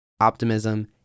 optimism